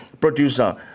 producer